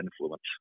influence